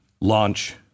launch